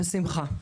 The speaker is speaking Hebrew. בשמחה.